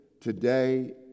today